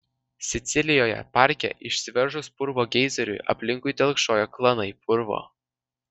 sicilijoje parke išsiveržus purvo geizeriui aplinkui telkšojo klanai purvo